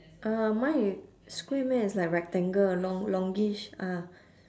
uh mine i~ square meh it's like rectangle long longish ah